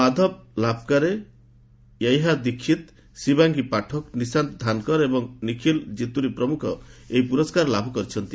ମାଧବ ଲାଭାକାରେ ଐହା ଦିକ୍ଷ୍ସିତ୍ ସିବାଙ୍ଗୀ ପାଠକ ନିଶାନ୍ତ ଧାନ୍କର ଏବଂ ନିଖିଲ୍ କିତୁରି ପ୍ରମୁଖ ଏହି ପୁରସ୍କାର ଲାଭ କରିଚନ୍ତି